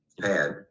pad